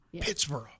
Pittsburgh